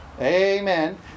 Amen